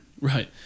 Right